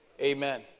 Amen